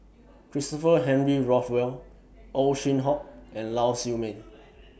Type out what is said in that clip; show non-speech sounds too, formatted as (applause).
(noise) Christopher Henry Rothwell Ow Chin Hock and Lau Siew Mei